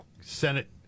Senate